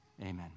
amen